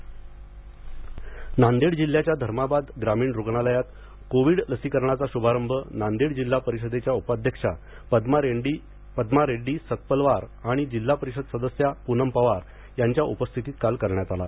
नांदेड लसीकरण नांदेड जिल्ह्याच्या धर्माबाद ग्रामीण रुग्णालयात कोविड लसीकरणाचा शुभारंभ नांदेड जिल्हा परिषदेच्या उपाध्यक्षा पद्मा रेड्डी सतपलवार आणि जिल्हा परिषद सदस्या पूनम पवार यांच्या उपस्थितीत काल करण्यात आला